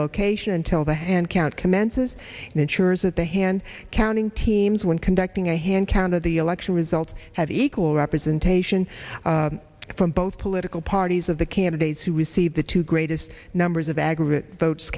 location until the hand count commences ensures that the hand counting teams when conducting a hand count of the election results have equal representation from both political parties of the candidates who receive the two greatest numbers of aggregate votes